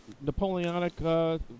Napoleonic